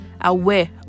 aware